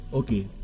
okay